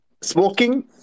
smoking